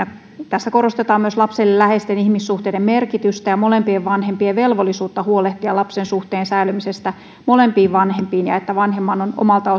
tässä korostetaan myös lapselle läheisten ihmissuhteiden merkitystä ja molempien vanhempien velvollisuutta huolehtia lapsen suhteen säilymisestä molempiin vanhempiin ja sitä että vanhemman on omalta